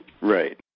Right